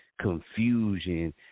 confusion